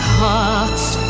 hearts